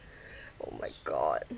oh my god